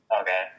Okay